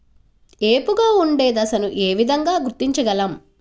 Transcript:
ఏపుగా ఉండే దశను ఏ విధంగా గుర్తించగలం?